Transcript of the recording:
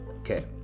okay